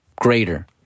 greater